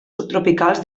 subtropicals